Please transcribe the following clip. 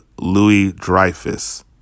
Louis-Dreyfus